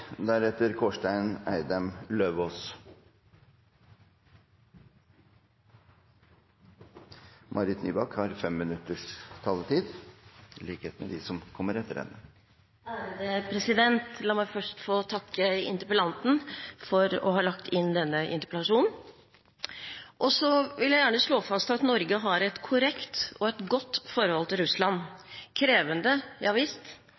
La meg først få takke interpellanten for å ha lagt inn denne interpellasjonen. Jeg vil gjerne slå fast at Norge har et korrekt og et godt forhold til Russland. Krevende, ja visst,